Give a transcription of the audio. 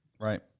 Right